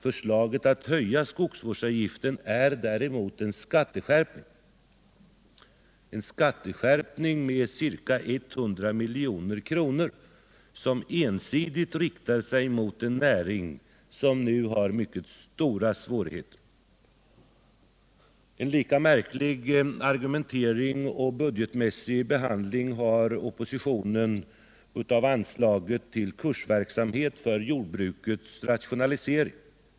Förslaget att höja skogsvårdsavgiften är däremot en skatteskärpning på ca 100 milj.kr., som ensidigt riktar sig mot en näring som nu har mycket stora svårigheter. En lika märklig argumentering och budgetmässig behandling har oppositionen när det gäller anslaget till kursverksamhet för jordbrukets rationalisering.